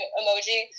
emoji